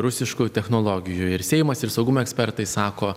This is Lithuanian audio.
rusiškų technologijų ir seimas ir saugumo ekspertai sako